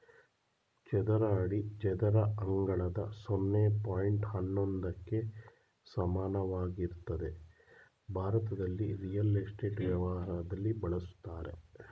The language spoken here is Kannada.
ಚದರ ಅಡಿ ಚದರ ಅಂಗಳದ ಸೊನ್ನೆ ಪಾಯಿಂಟ್ ಹನ್ನೊಂದಕ್ಕೆ ಸಮಾನವಾಗಿರ್ತದೆ ಭಾರತದಲ್ಲಿ ರಿಯಲ್ ಎಸ್ಟೇಟ್ ವ್ಯವಹಾರದಲ್ಲಿ ಬಳುಸ್ತರೆ